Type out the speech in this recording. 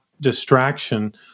distraction